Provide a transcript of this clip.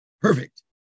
Perfect